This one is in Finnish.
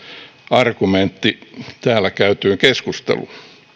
argumentti täällä käytyyn keskusteluun